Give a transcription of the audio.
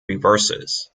reverses